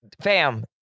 Fam